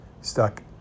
stuck